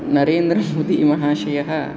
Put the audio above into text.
Narendra मोदिमहाशयः